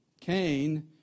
Cain